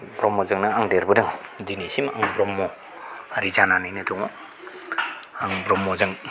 ब्रह्मजोंनो आं देरबोदों दिनैसिम ब्रह्मयारि जानानैनो दङ आं ब्रह्मजों